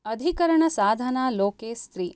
अधिकरणसाधना लोके स्त्री